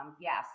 yes